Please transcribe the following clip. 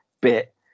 bit